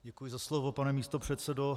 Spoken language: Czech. Děkuji za slovo, pane místopředsedo.